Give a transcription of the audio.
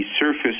surface